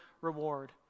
reward